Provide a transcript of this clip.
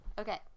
Okay